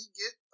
get